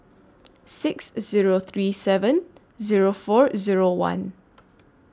six Zero three seven Zero four Zero one